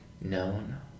known